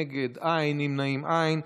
נגד, אין, נמנעים, אין.